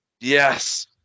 Yes